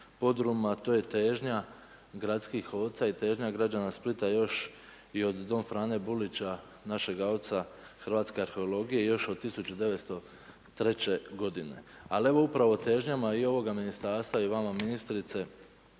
to je težnja gradskih oca i težnja građana Splita još i od don Frane Bulića, našega oca hrvatske arheologije još od 1903. g. Ali evo upravo o težnjama i ovoga ministarstva i vama ministrice,